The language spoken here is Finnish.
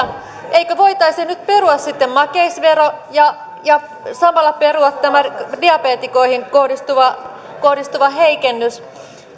eikö voitaisi nyt perua sitten makeisvero ja ja samalla perua tämä diabeetikoihin kohdistuva kohdistuva heikennys